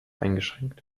eingeschränkt